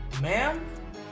ma'am